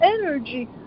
energy